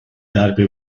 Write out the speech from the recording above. darbe